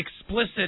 explicit